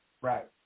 Right